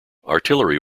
artillery